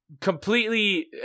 completely